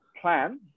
plan